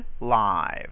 live